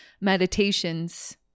meditations